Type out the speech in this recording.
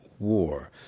war